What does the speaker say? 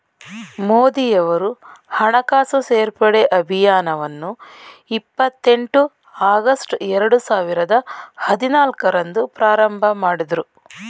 ಮೋದಿಯವರು ಹಣಕಾಸು ಸೇರ್ಪಡೆ ಅಭಿಯಾನವನ್ನು ಇಪ್ಪತ್ ಎಂಟು ಆಗಸ್ಟ್ ಎರಡು ಸಾವಿರದ ಹದಿನಾಲ್ಕು ರಂದು ಪ್ರಾರಂಭಮಾಡಿದ್ರು